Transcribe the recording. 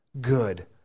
good